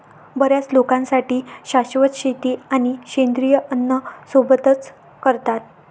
बर्याच लोकांसाठी शाश्वत शेती आणि सेंद्रिय अन्न सोबतच करतात